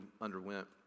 underwent